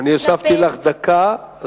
אני הוספתי לך דקה.